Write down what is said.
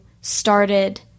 started